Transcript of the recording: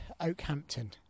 Oakhampton